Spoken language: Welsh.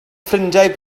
ffrindiau